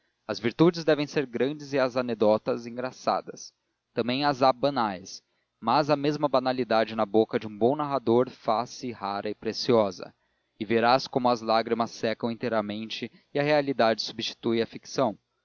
as virtudes devem ser grandes e as anedotas engraçadas também as há banais mas a mesma banalidade na boca de um bom narrador faz-se rara e preciosa e verás como as lágrimas secam inteiramente e a realidade substitui a ficção